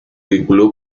vinculó